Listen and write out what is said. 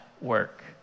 work